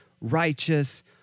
righteous